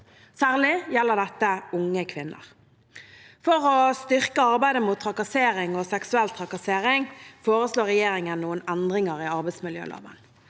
Særlig gjelder dette unge kvinner. For å styrke arbeidet mot trakassering og seksuell trakassering foreslår regjeringen noen endringer i arbeidsmiljøloven.